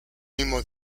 mismo